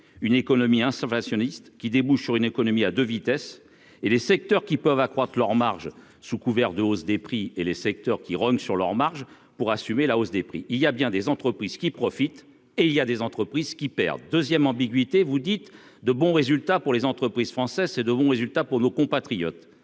une économie inflationniste qui débouche sur une économie à 2 vitesses et les secteurs qui peuvent accroître leurs marges sous couvert de hausse des prix et les secteurs qui rognent sur leurs marges pour assumer la hausse des prix, il y a bien des entreprises qui profitent et il y a des entreprises qui perd 2ème ambiguïté vous dites de bons résultats pour les entreprises françaises c'est de bons résultats pour nos compatriotes